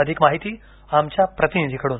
अधिक माहिती आमच्या प्रतिनिधी कडून